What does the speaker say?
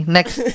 Next